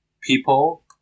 people